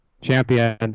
champion